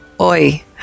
Oi